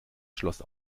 schloss